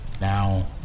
Now